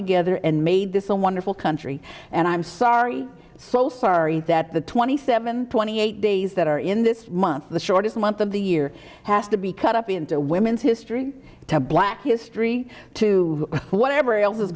together and made this a wonderful country and i'm sorry so sorry that the twenty seven twenty eight days that are in this month the shortest month of the year has to be cut up into women's history to black history to whatever else is